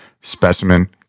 specimen